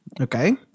okay